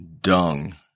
dung